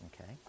Okay